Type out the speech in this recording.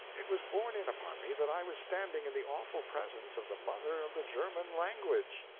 it was borne in upon me that i was standing in the awful presence of the mother of the german language.